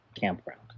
campground